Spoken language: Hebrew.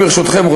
ברשותכם,